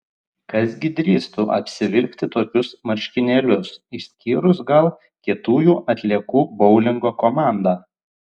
kas gi drįstų apsivilkti tokius marškinėlius išskyrus gal kietųjų atliekų boulingo komandą